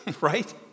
Right